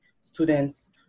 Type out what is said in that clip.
students